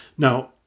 Now